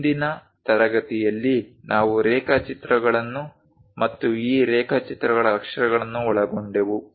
ಇಂದಿನ ತರಗತಿಯಲ್ಲಿ ನಾವು ರೇಖಾಚಿತ್ರಗಳನ್ನು ಮತ್ತು ಈ ರೇಖಾಚಿತ್ರಗಳ ಅಕ್ಷರಗಳನ್ನು ಒಳಗೊಂಡೆವು